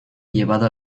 llevado